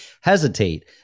hesitate